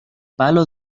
palo